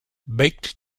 baked